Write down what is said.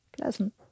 pleasant